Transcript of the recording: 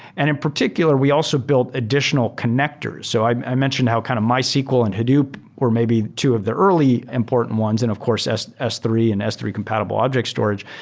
and in particular, we also built additional connectors. so i mentioned how kind of mysql and hadoop or maybe two of the early important ones, and of course s s three and s three compatible object storage,